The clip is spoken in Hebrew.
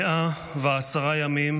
110 ימים